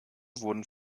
wurden